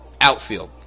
outfield